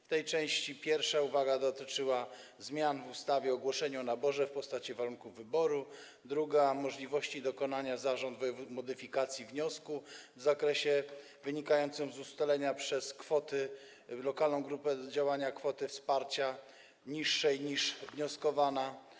W tej części pierwsza uwaga dotyczyła zmian w ustawie dotyczących ogłoszenia o naborze w postaci warunków wyboru, druga - możliwości dokonania modyfikacji wniosku w zakresie wynikającym z ustalenia przez lokalną grupę działania kwoty wsparcia niższej niż wnioskowana.